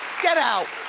get out!